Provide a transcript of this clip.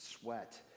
sweat